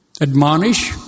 admonish